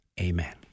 Amen